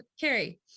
Carrie